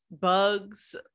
bugs